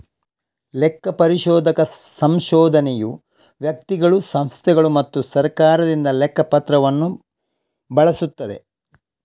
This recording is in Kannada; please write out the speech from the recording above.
ಲೆಕ್ಕ ಪರಿಶೋಧಕ ಸಂಶೋಧನೆಯು ವ್ಯಕ್ತಿಗಳು, ಸಂಸ್ಥೆಗಳು ಮತ್ತು ಸರ್ಕಾರದಿಂದ ಲೆಕ್ಕ ಪತ್ರವನ್ನು ಬಳಸುತ್ತದೆ